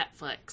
Netflix